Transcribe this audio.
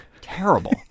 Terrible